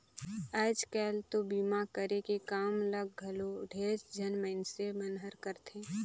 आयज कायल तो बीमा करे के काम ल घलो ढेरेच झन मइनसे मन हर करथे